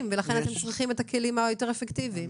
ולכן אתם צריכים את הכלים היותר אפקטיביים.